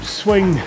swing